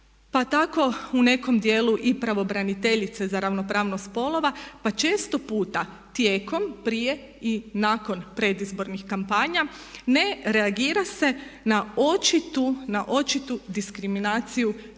pa tako u nekom dijelu i pravobraniteljice za ravnopravnost spolova, pa često puta tijekom, prije i nakon predizbornih kampanja ne reagira se na očitu diskriminaciju